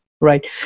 Right